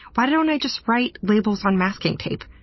why don't i just write labels on masking tape?